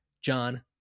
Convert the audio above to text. John